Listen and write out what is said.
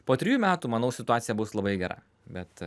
po trijų metų manau situacija bus labai gera bet